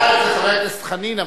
העלה את זה חבר הכנסת חנין,